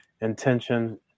intention